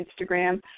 Instagram